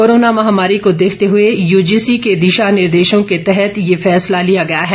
corona महामारी को देखते हुए यूजीसी के दिशानिर्देशों के तहत ये फैसला लिया गया है